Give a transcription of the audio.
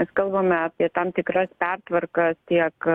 mes kalbame apie tam tikras pertvarkas tiek